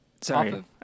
Sorry